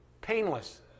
painless